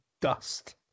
dust